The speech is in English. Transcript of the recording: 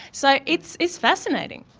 so it's it's fascinating.